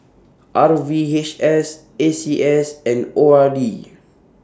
R V H S A C S and O R D